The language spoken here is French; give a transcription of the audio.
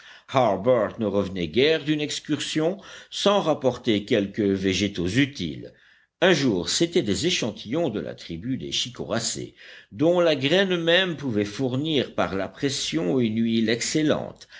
ne revenait guère d'une excursion sans rapporter quelques végétaux utiles un jour c'étaient des échantillons de la tribu des chicoracées dont la graine même pouvait fournir par la pression une huile excellente